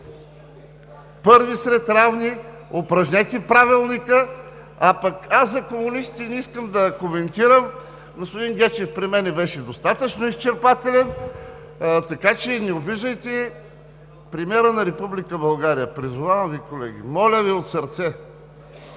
пръв сред равни, упражнете Правилника, а пък аз за комунистите не искам да коментирам, господин Гечев преди мен беше достатъчно изчерпателен, така че не обиждайте премиера на Република България. Призовавам Ви, колеги! Моля Ви от сърце!